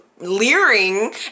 leering